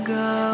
go